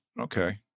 okay